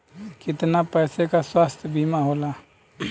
कितना पैसे का स्वास्थ्य बीमा होला?